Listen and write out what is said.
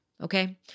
Okay